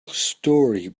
story